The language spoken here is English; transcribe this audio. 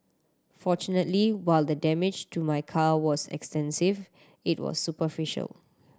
fortunately while the damage to my car was extensive it was superficial